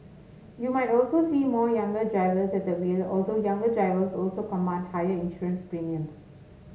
you might also see more younger drivers at the wheel although younger drivers also command higher insurance premiums